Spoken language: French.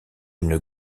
une